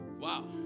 Wow